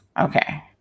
okay